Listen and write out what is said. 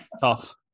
Tough